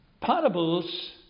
parables